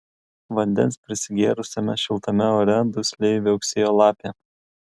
vandens prisigėrusiame šiltame ore dusliai viauksėjo lapė